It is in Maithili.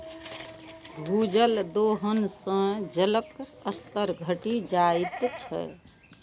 भूजल दोहन सं जलक स्तर घटि जाइत छै